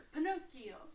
Pinocchio